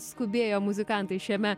skubėjo muzikantai šiame